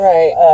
Right